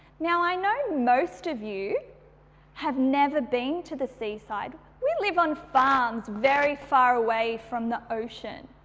now, i know most of you have never been to the seaside, we live on farms very far away from the ocean.